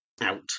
out